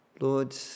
Lord